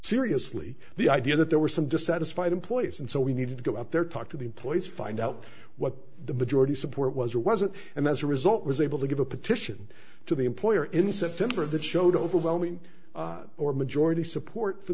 took seriously the idea that there were some dissatisfied employees and so we needed to go out there talk to the employees find out what the majority support was or wasn't and as a result was able to give a petition to the employer in september that showed overwhelming majority support for